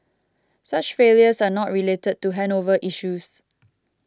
such failures are not related to handover issues